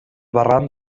barranc